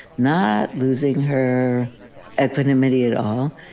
not losing her equanimity at all.